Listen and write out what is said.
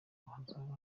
hazaba